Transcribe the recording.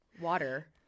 water